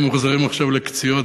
הם מוחזרים עכשיו ל"קציעות".